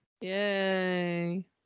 Yay